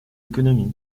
économies